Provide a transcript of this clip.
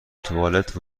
توالت